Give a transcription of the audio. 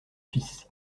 fils